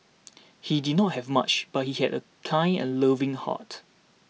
he did not have much but he had a kind and loving heart